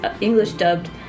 English-dubbed